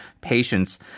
patients